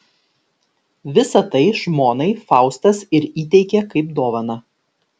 visa tai žmonai faustas ir įteikė kaip dovaną